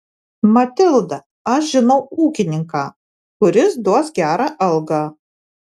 matilda aš žinau ūkininką kuris duos gerą algą